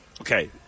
Okay